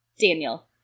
Daniel